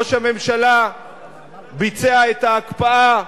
ראש הממשלה ביצע את ההקפאה,